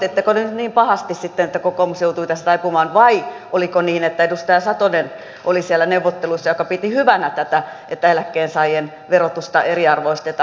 painostitteko nyt niin pahasti sitten että kokoomus joutui tässä taipumaan vai oliko niin että siellä neuvotteluissa oli edustaja satonen joka piti hyvänä tätä että eläkkeensaajien verotusta eriarvoistetaan